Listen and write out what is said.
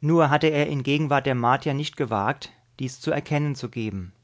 nur hatte er in gegenwart der martier nicht gewagt dies zu erkennen zu geben